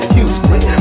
Houston